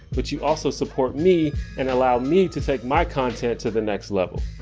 but you also support me and allow me to take my content to the next level.